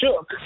shook